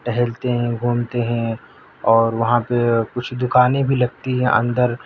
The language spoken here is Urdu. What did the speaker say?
ٹہلتے ہیں گھومتے ہیں اور وہاں پہ کچھ دُکانیں بھی لگتی ہیں اندر